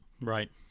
Right